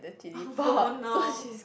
oh no